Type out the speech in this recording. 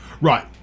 Right